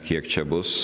kiek čia bus